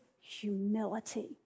humility